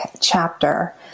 chapter